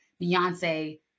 Beyonce